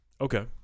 Okay